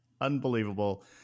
Unbelievable